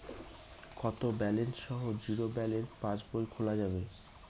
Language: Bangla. কত ব্যালেন্স সহ জিরো ব্যালেন্স পাসবই খোলা যাবে?